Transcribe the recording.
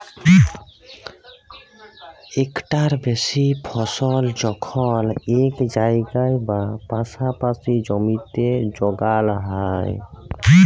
ইকটার বেশি ফসল যখল ইক জায়গায় বা পাসাপাসি জমিতে যগাল হ্যয়